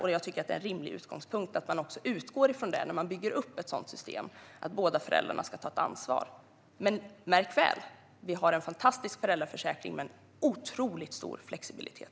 Jag tycker därför att det är en rimlig utgångspunkt att man utgår från att båda föräldrarna ska ta ett ansvar när man bygger upp ett sådant system. Märk väl: Vi har i dag en fantastisk föräldraförsäkring med en otrolig flexibilitet.